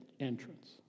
entrance